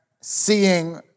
seeing